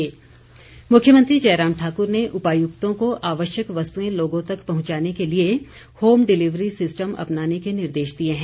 मुख्यमंत्री मुख्यमंत्री जयराम ठाकुर ने उपायुक्तों को आवश्यक वस्तुएं लोगों तक पहुंचाने के लिए होम डिलीवरी सिस्टम अपनाने के निर्देश दिए हैं